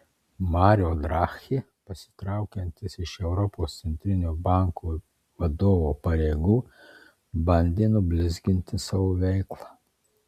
mario draghi pasitraukiantis iš europos centrinio banko vadovo pareigų bandė nublizginti savo veiklą